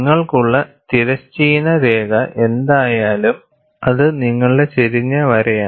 നിങ്ങൾക്കുള്ള തിരശ്ചീന രേഖ എന്തായാലും അത് നിങ്ങളുടെ ചെരിഞ്ഞ വരയാണ്